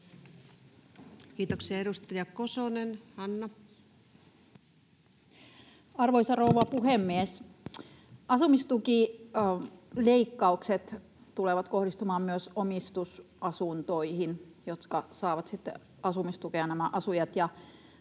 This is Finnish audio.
Kiitoksia. — Edustaja Kosonen, Hanna. Arvoisa rouva puhemies! Asumistukileikkaukset tulevat kohdistumaan myös omistusasuntoihin, joihin saavat sitten asumistukea nämä asujat.